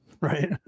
right